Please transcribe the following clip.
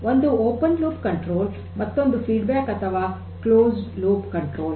ಒಂದು open loop ನಿಯಂತ್ರಣ ಮತ್ತೊಂದು ಫೀಡ್ಬ್ಯಾಕ್ ಅಥವಾ ಕ್ಲೋಸ್ಡ್ ಲೂಪ್ ನಿಯಂತ್ರಣ